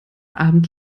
abend